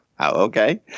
Okay